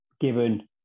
given